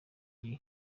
gihe